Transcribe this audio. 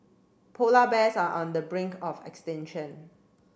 polar bears are on the brink of extinction